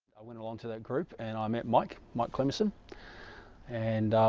i? went along to that group and i met mike mike clemson and